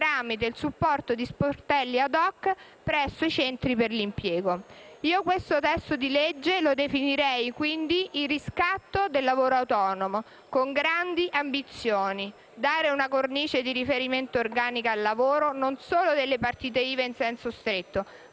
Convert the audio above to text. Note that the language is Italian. tramite il supporto di sportelli *ad hoc* presso i centri per l'impiego. Io questo disegno di legge lo definirei, quindi, il riscatto del lavoro autonomo, con grandi ambizioni: dare una cornice di riferimento organica al lavoro non solo delle partite IVA in senso stretto,